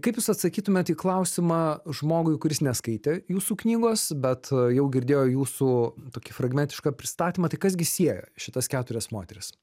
kaip jūs atsakytumėt į klausimą žmogui kuris neskaitė jūsų knygos bet jau girdėjo jūsų tokį fragmentišką pristatymą tai kas gi sieja šitas keturias moteris